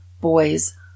boy's